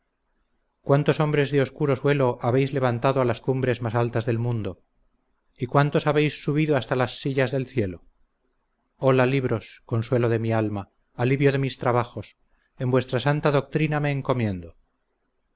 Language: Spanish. cuantos hombres de obscuro suelo habéis levantado a las cumbres más altas del mundo y cuántos habéis subido hasta las sillas del cielo ola libros consuelo de mi alma alivio de mis trabajos en vuestra santa doctrina me encomiendo